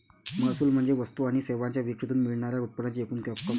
महसूल म्हणजे वस्तू आणि सेवांच्या विक्रीतून मिळणार्या उत्पन्नाची एकूण रक्कम